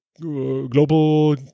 global